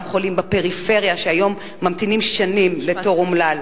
חולים בפריפריה שהיום ממתינים שנים לתור אומלל.